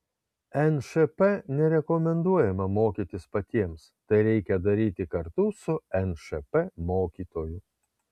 nšp nerekomenduojama mokytis patiems tai reikia daryti kartu su nšp mokytoju